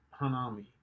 Hanami